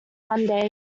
mondays